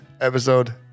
Episode